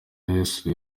yesu